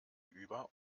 über